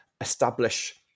establish